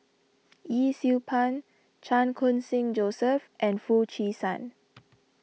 Yee Siew Pun Chan Khun Sing Joseph and Foo Chee San